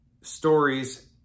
stories